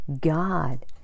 God